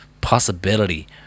possibility